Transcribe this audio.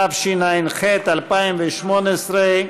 התשע"ח 2018,